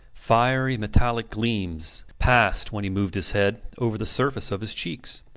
fiery metallic gleams passed, when he moved his head, over the surface of his cheeks.